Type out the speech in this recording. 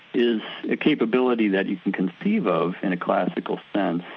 is a capability that you can conceive of in a classical sense.